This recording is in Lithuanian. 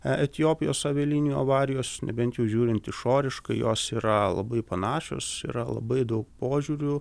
etiopijos avialinijų avarijos nebent jau žiūrint išoriškai jos yra labai panašios yra labai daug požiūrių